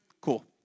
Cool